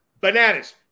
Bananas